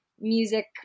music